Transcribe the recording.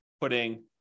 putting